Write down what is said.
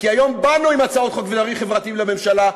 כי היום באנו עם הצעות חוק ועם דברים חברתיים לממשלה,